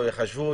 לא יחשבו,